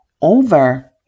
over